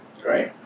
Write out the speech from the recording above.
Great